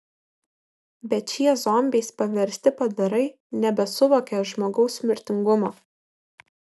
bet šie zombiais paversti padarai nebesuvokė žmogaus mirtingumo